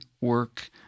work